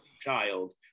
child